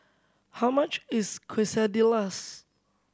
how much is Quesadillas